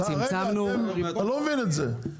אני לא מבין את זה.